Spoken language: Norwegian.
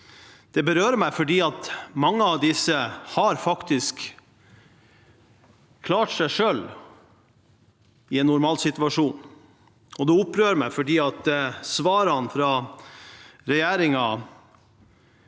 Det berører meg fordi mange av disse faktisk har klart seg selv i en normalsituasjon. Det opprører meg fordi svarene fra regjeringen